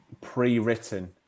pre-written